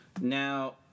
Now